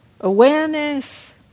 awareness